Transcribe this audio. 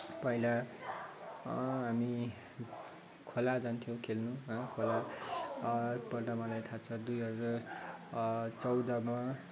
पहिला हामी खोला जान्थ्यौँ खेल्न खोला एकपल्ट मलाई थाह छ दुई हजार चौधमा